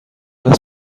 است